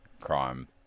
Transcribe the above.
crime